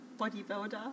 bodybuilder